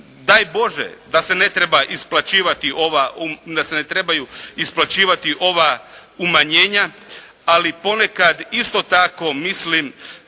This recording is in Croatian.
Daj Bože da se ne trebaju isplaćivati ova umanjenja, ali ponekad isto tako mislim